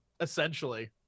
essentially